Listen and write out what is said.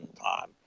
time